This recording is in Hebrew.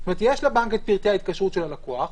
יש לבנק את פרטי ההתקשרות של הלקוח,